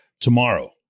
tomorrow